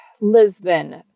Lisbon